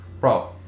Bro